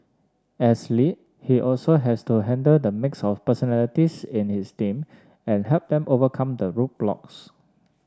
as lead he also has to handle the mix of personalities in his team and help them overcome the roadblocks